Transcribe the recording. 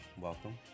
Welcome